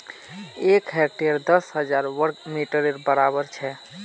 एक हेक्टर दस हजार वर्ग मिटरेर बड़ाबर छे